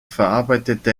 verarbeitete